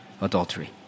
adultery